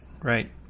Right